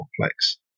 complex